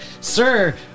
sir